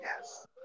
Yes